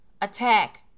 attack